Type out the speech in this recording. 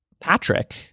Patrick—